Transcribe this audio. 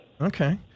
Okay